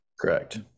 correct